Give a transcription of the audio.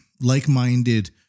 like-minded